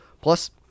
Plus